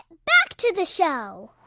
back to the show